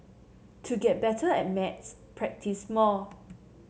to get better at maths practise more